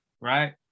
right